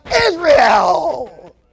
Israel